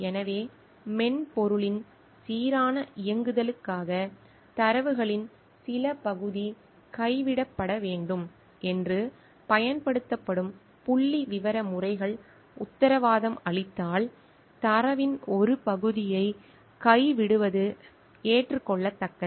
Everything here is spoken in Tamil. எனவே மென்பொருளின் சீரான இயங்குதலுக்காக தரவுகளின் சில பகுதி கைவிடப்பட வேண்டும் என்று பயன்படுத்தப்படும் புள்ளிவிவர முறைகள் உத்தரவாதமளித்தால் தரவின் ஒரு பகுதியை கைவிடுவது ஏற்றுக்கொள்ளத்தக்கது